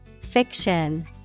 Fiction